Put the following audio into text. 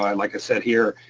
i like ah said here,